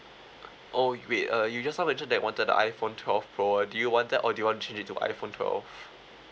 oh wait uh you just now mentioned that wanted the iphone twelve pro do you want that or do you want to change it to iphone twelve